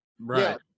Right